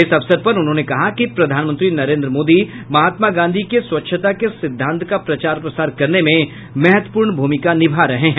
इस अवसर पर उन्होंने कहा कि प्रधानमंत्री नरेन्द्र मोदी महात्मा गांधी के स्वच्छता के सिद्धांत का प्रचार प्रसार करने में महत्वपूर्ण भूमिका निभा रहे हैं